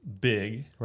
big